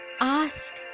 Ask